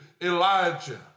Elijah